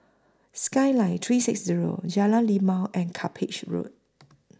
Skyline three six Zero Jalan Lima and Cuppage Road